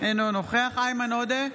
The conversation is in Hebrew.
אינו נוכח איימן עודה,